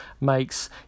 makes